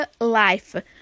life